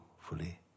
fully